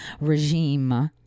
regime